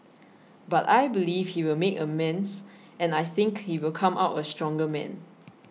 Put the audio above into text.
but I believe he will make amends and I think he will come out a stronger man